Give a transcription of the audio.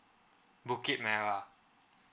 bukit merah